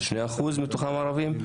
3% מתוכם ערבים?